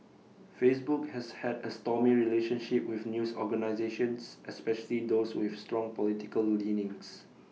Facebook has had A stormy relationship with news organisations especially those with strong political leanings